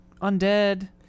undead